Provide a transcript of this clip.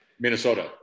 Minnesota